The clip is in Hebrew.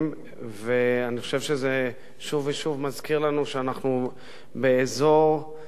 ואני חושב שזה שוב ושוב מזכיר לנו שאנחנו באזור מסוכן,